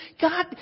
God